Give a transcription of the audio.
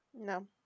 No